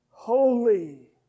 Holy